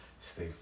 Stay